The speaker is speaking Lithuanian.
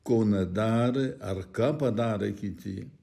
ko nedarė ar ką padarė kiti